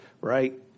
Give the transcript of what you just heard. right